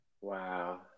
Wow